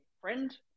friend